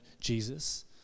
Jesus